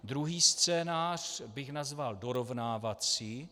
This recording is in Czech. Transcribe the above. Druhý scénář bych nazval dorovnávací.